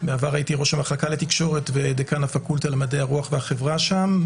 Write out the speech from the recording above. בעבר הייתי ראש המחלקה לתקשורת ודיקאן הפקולטה למדעי הרוח והחברה שם.